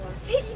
see